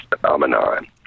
phenomenon